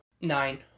nine